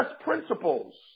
principles